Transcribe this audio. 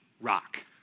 rock